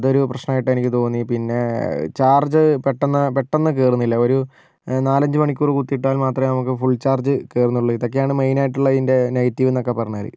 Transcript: അതൊരു പ്രശ്നമായിട്ട് എനിക്ക് തോന്നി പിന്നെ ചാർജ് പെട്ടന്ന് പെട്ടന്ന് കയറുന്നില്ല ഒരു നാലഞ്ച് മണിക്കൂർ കുത്തിയിട്ടാൽ മാത്രമേ നമുക്ക് ഫുൾ ചാർജ് കയറുന്നുള്ളു ഇതൊക്കെയാണ് മെയിനായിട്ടുള്ള ഇതിൻ്റെ നെഗറ്റീവ്ന്നൊക്കെ പറഞ്ഞാൽ